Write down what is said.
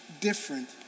different